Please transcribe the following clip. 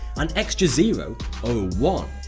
an extra zero or one,